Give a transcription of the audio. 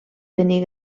tenir